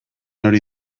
hori